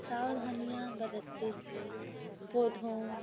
सावधानियाँ बरतते हुए पौधों